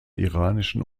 iranischen